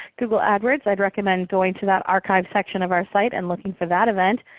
google adwords, i'd recommend going to that archive section of our site and looking for that event.